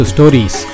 Stories